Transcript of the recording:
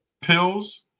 pills